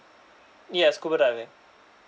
yes scuba diving